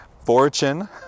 fortune